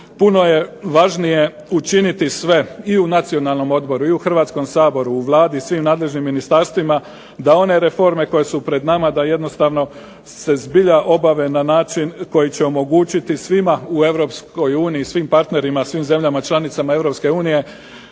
puno je važnije učiniti sve i u Nacionalnom odboru i u Hrvatskom saboru, u Vladi, svim nadležnim ministarstvima da one reforme koje su pred nama da jednostavno se zbilja obave na način koji će omogućiti svima u EU, svim partnerima, svim zemljama članicama EU da